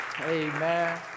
Amen